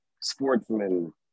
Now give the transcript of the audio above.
sportsman